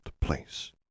place